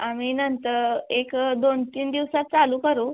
आम्ही नंतर एक दोन तीन दिवसात चालू करू